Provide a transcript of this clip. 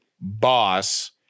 boss